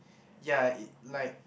ya it like